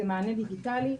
זה מענה דיגיטלי.